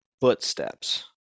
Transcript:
Footsteps